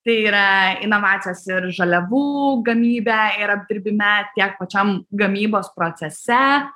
tai yra inovacijos ir žaliavų gamybe ir apdirbime tiek pačiam gamybos procese